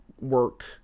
work